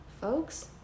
folks